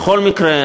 בכל מקרה,